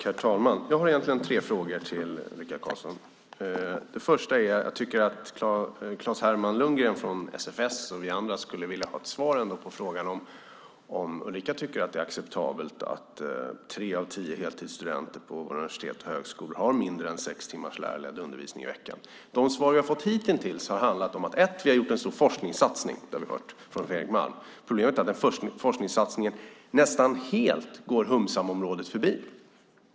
Herr talman! Jag har tre frågor till Ulrika Carlsson. Jag tror att Klas-Herman Lundgren från SFS och vi andra skulle vilja ha ett svar på frågan om Ulrika tycker att det är acceptabelt att tre av tio heltidsstudenter på våra universitet och högskolor har mindre än sex timmars lärarledd undervisning i veckan. De svar vi har fått hitintills har främst handlat om att ni har gjort en forskningssatsning. Det har vi hört från Fredrik Malm. Problemet är att den forskningssatsningen nästan helt går humsamområdet förbi.